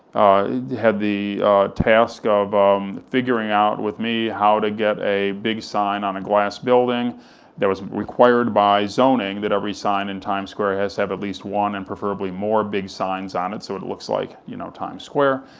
had the task of um figuring out with me how to get a big sign on a glass building that was required by zoning, that every sign in times square has to have at least one and preferably more big signs on it, so it it looks like, you know, times square.